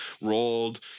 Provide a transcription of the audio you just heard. rolled